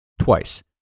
Twice